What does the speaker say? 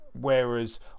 Whereas